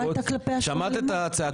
לא הייתה כלפיה כל אלימות.